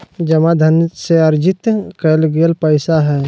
जमा धन से अर्जित कइल गेल पैसा हइ